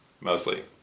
mostly